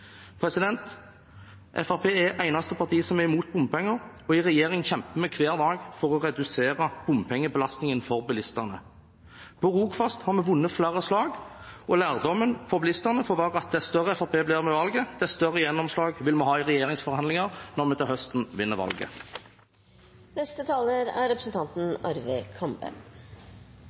er det eneste partiet som er imot bompenger, og i regjering kjemper vi hver dag for å redusere bompengebelastningen for bilistene. For Rogfast har vi vunnet flere slag, og lærdommen for bilistene får være at jo større Fremskrittspartiet er ved valget, desto større gjennomslag vil vi ha i regjeringsforhandlinger når vi til høsten vinner valget. Dette er en heftig dag for oss som er